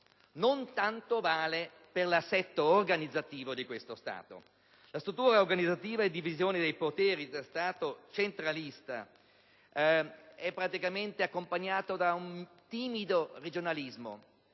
non vale tanto per l'assetto organizzativo dello Stato. La struttura organizzativa e la divisione dei poteri da Stato centralista sono accompagnate da un timido regionalismo